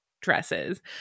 dresses